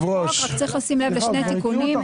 צריך לשים לב לשני תיקונים.